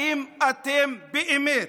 האם אתם באמת